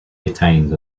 detained